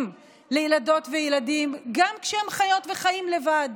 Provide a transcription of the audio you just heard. לילדות וילדים גם כשהם חיות וחיים לבד,